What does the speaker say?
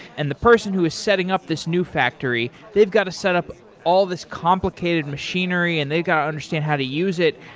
and the person who is setting up this new factory, they've got to set up all these complicated machinery and they got to understand how to use it.